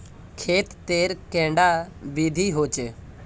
खेत तेर कैडा विधि होचे?